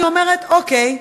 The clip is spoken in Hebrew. אני אומרת, אוקיי,